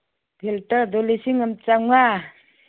ꯐꯤꯜꯇꯔꯗꯨ ꯂꯤꯁꯤꯡ ꯑꯝ ꯆꯥꯃꯉꯥ